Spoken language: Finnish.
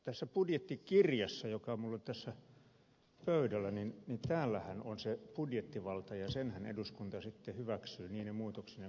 tässä budjettikirjassahan joka minulla on tässä pöydällä on se budjettivalta ja senhän eduskunta sitten hyväksyy niine muutoksineen mitä se kulloinkin tekee